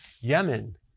Yemen